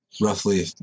roughly